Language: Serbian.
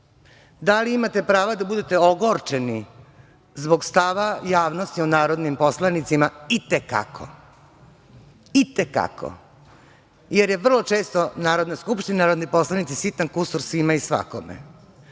ne. Da li imate prava da budete ogročeni zbog stava javnosti o narodnim poslanicima - i te kako, jer je vrlo često Narodna skupština i narodni poslanici sitan kusur svima i svakome.